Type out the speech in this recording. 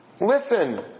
Listen